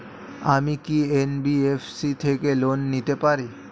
আমি কি এন.বি.এফ.সি থেকে লোন নিতে পারি?